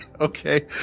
Okay